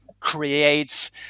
Creates